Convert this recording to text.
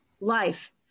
life